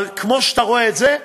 אבל כמו שאתה רואה את זה,